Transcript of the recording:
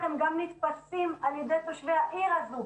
הם גם נתפסים על ידי תושבי העיר הזאת.